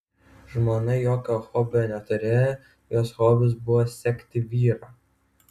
žmona jokio hobio neturėjo jos hobis buvo sekti vyrą